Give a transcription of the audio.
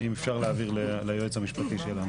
אם אפשר להעביר את זכות הדיבור ליועץ המשפטי שלנו.